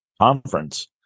conference